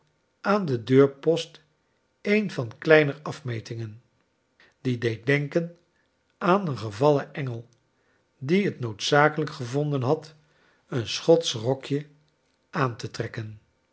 aan den deurpost een van kleiner afmetingen die deed denken aan een gevallen engel die het noodzakelijk gevonden had een schotsch rokje aan te trekken